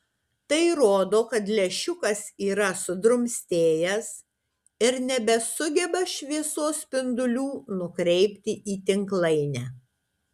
tai rodo kad lęšiukas yra sudrumstėjęs ir nebesugeba šviesos spindulių nukreipti į tinklainę